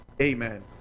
amen